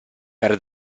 per